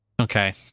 Okay